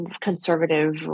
conservative